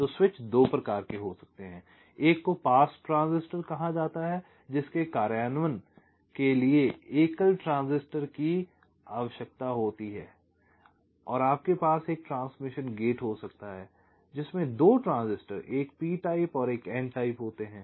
तो स्विच 2 प्रकार के हो सकते हैं एक को पास ट्रांजिस्टर कहा जाता है जिसके कार्यान्वयन के लिए एकल ट्रांजिस्टर की आवश्यकता होती है और आपके पास एक ट्रांसमिशन गेट हो सकता है जिसमें दो ट्रांजिस्टर एक p टाइप और एक n टाइप होते हैं